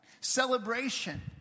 Celebration